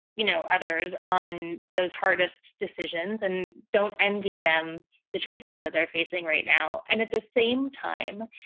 you know, others on those hardest decisions and don't envy them the choices that they're facing right now. and at the same time,